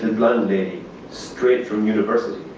and blonde lady straight from university.